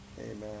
Amen